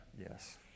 Yes